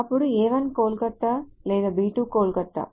అప్పుడు A 1 కోల్కతా లేదా B 2 Kolkata